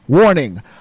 Warning